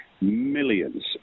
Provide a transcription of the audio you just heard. millions